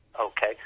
okay